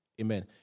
Amen